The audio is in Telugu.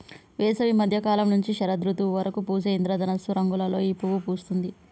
వేసవి మద్య కాలం నుంచి శరదృతువు వరకు పూసే ఇంద్రధనస్సు రంగులలో ఈ పువ్వు పూస్తుంది